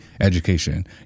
education